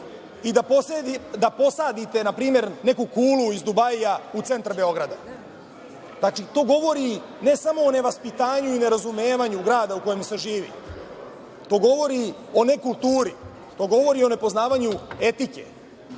i da posadite neku kulu iz Dubaija u centar Beograda. Znači, to govori ne samo o nevaspitanju i nerazumevanju grada u kojem se živi. To govori o nekulturi, to govori o nepoznavanju etike.